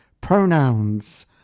pronouns